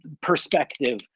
perspective